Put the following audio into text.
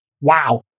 Wow